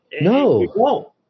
No